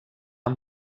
amb